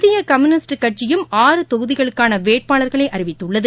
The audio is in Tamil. இந்தியகம்யூனிஸ்ட் கட்சியும் ஆறு தொகுதிகளுக்கானவேட்பாளர்களைஅறிவித்துள்ளது